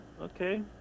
okay